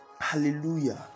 hallelujah